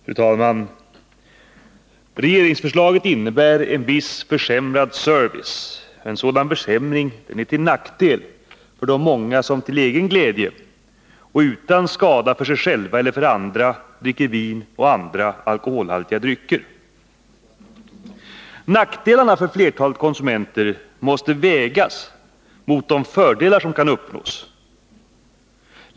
Fru talman! Regeringsförslaget innebär en i viss mån försämrad service. En sådan försämring är till nackdel för de många som till egen glädje och utan skada för sig själva och andra dricker vin och andra alkoholhaltiga drycker. Nackdelarna för flertalet konsumenter måste vägas mot de fördelar som kan uppnås.